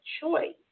choice